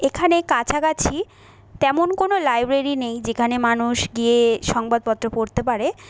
এখানে কাছাকাছি তেমন কোনও লাইব্রেরি নেই যেখানে মানুষ গিয়ে সংবাদপত্র পড়তে পারে